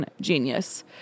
genius